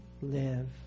live